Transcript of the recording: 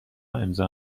امضا